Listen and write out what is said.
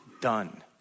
done